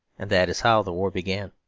and that is how the war began.